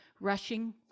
rushing